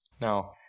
Now